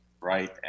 right